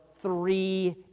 Three